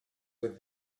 would